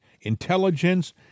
intelligence